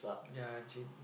ya encik